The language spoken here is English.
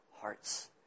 hearts